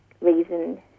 reason